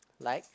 like